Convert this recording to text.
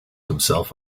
himself